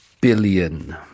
billion